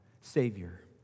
Savior